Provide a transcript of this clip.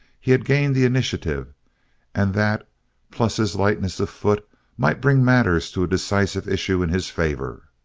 he had gained the initiative and that plus his lightness of foot might bring matters to a decisive issue in his favor.